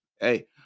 Hey